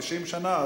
90 שנה,